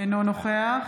אינו נוכח